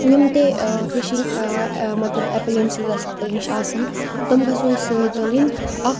یِم تہِ ٲں فِشِنٛگ ٲں ٲں مطلب ایٚپلیٚنسِز اسہِ نِش آسَن تِم گَژھو أسۍ سۭتۍ تُلٕنۍ اَکھ